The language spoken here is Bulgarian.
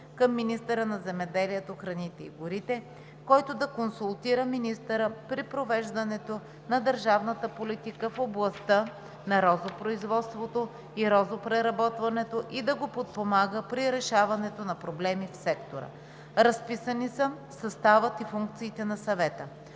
към министъра на земеделието, храните и горите, който да консултира министъра при провеждането на държавната политика в областта на розопроизводството и розопреработването и да го подпомага при решаването на проблеми в сектора. Разписани са съставът и функциите на съвета.